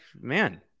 man